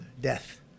death